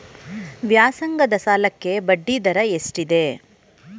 ವ್ಯಾಸಂಗದ ಸಾಲಕ್ಕೆ ಬಡ್ಡಿ ದರ ಎಷ್ಟಿದೆ?